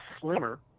slimmer